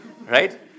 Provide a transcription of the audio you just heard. Right